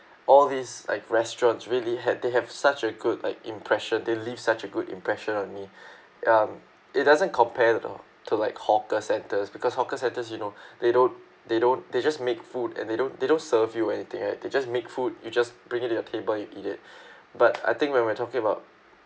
all these like restaurants really have they have such a good like impression they leave such a good impression on me um it doesn't compare at all to like hawker centres because hawker centres you know they don't they don't they just make food and they don't they don't serve you anything right they just make food you just bring it to a table you eat it but I think when we're talking about